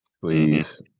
Please